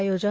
आयोजन